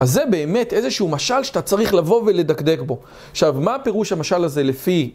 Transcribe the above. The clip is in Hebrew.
אז זה באמת איזשהו משל שאתה צריך לבוא ולדקדק בו. עכשיו, מה הפירוש המשל הזה לפי...